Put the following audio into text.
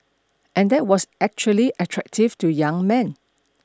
and that was actually attractive to young men